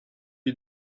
you